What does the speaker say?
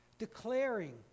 Declaring